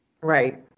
Right